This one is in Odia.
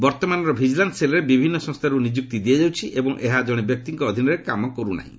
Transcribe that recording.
ବର୍ତ୍ତମାନର ଭିଜିଲାନ୍ ସେଲ୍ରେ ବିଭିନ୍ନ ସଂସ୍ଥାରୁ ନିଯୁକ୍ତି ଦିଆଯାଉଛି ଏବଂ ଏହା ଜଣେ ବ୍ୟକ୍ତିଙ୍କ ଅଧୀନରେ କାମ କରୁ ନାହିଁ